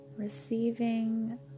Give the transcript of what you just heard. Receiving